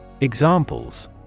Examples